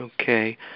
Okay